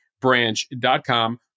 Branch.com